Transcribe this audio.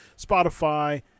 Spotify